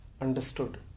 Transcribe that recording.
understood